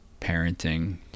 parenting